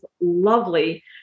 lovely